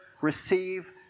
receive